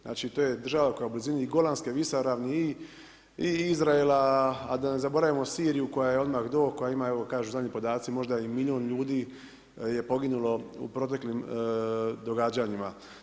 Znači to je država koja je u blizini Golanske visoravni i Izraela, a da ne zaboravimo Siriju koja je odmah do, koja ima evo kažu zadnji podaci možda i milijun ljudi je poginulo u proteklim događanjima.